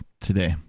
today